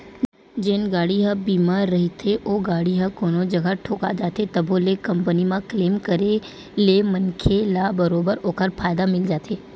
जेन गाड़ी ह बीमा रहिथे ओ गाड़ी ह कोनो जगा ठोका जाथे तभो ले कंपनी म क्लेम करे ले मनखे ल बरोबर ओखर फायदा मिल जाथे